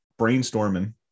brainstorming